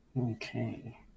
okay